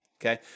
okay